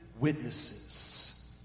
witnesses